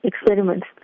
experiments